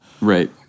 Right